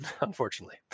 unfortunately